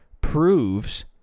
proves